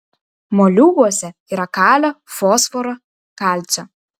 moliūguose yra kalio fosforo kalcio